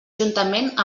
juntament